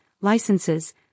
licenses